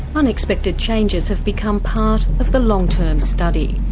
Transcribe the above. unexpected changes have become part of the long term study.